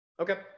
Okay